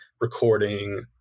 recording